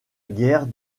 guerre